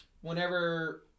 Whenever